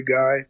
guy